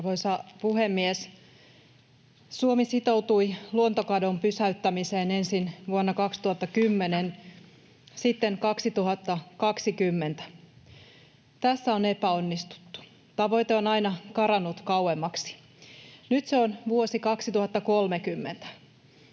Arvoisa puhemies! Suomi sitoutui luontokadon pysäyttämiseen ensin vuonna 2010, sitten 2020. Tässä on epäonnistuttu. Tavoite on aina karannut kauemmaksi, nyt se on vuosi 2030.